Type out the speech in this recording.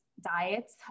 Diets